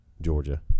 Georgia